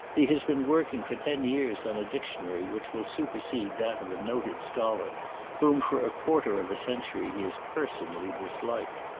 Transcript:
he has been working for ten years on a dictionary which will supersede that of a noted scholar whom for a quarter of a century he has personally dis liked.